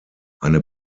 eine